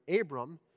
Abram